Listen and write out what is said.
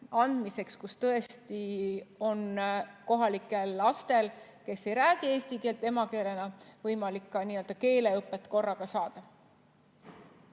andmiseks, kus tõesti on kohalikel lastel, kes ei räägi eesti keelt emakeelena, võimalik korraga ka